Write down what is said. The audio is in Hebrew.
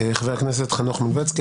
חבר הכנסת חנוך מלביצקי,